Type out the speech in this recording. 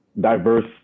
diverse